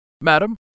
Madam